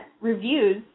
reviews